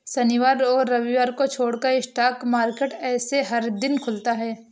शनिवार और रविवार छोड़ स्टॉक मार्केट ऐसे हर दिन खुलता है